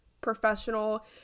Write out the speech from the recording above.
professional